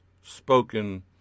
spoken